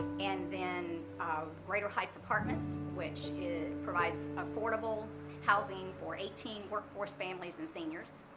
and then greater heights apartments which provides affordable housing for eighteen workforce families and seniors.